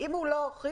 אם הוא לא הוכיח,